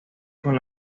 con